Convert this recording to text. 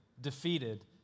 defeated